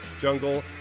Jungle